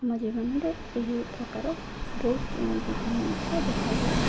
ଆମ ଜୀବନରେ ଏହି ପ୍ରକାର ବହୁତ ବିଭିନ୍ନତା ଦେଖାଯାଏ